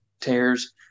tears